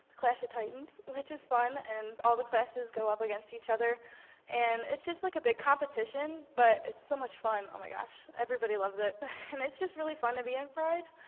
clash of titans which is fun and all the classes go up against each other and it's just like a big competition, but it's so much fun, oh my gosh everybody loves it and it's just really fun to be and in